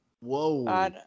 Whoa